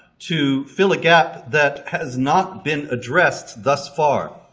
to fill a gap that has not been addressed thus far.